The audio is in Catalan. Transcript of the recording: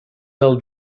del